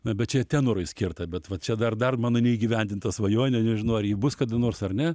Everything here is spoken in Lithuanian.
na bet čia tenorui skirta bet va čia dar dar mano neįgyvendinta svajonė nežinau ar ji bus kada nors ar ne